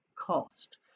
cost